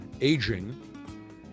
aging